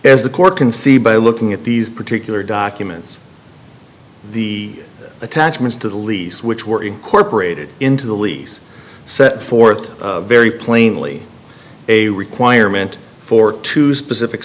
is the court can see by looking at these particular documents the attachments to the lease which were incorporated into the lease set forth very plainly a requirement for two specific